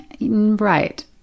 right